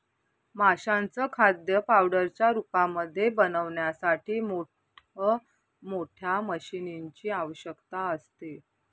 माशांचं खाद्य पावडरच्या रूपामध्ये बनवण्यासाठी मोठ मोठ्या मशीनीं ची आवश्यकता असते